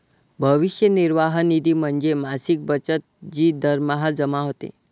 भविष्य निर्वाह निधी म्हणजे मासिक बचत जी दरमहा जमा होते